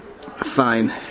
Fine